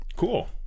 Cool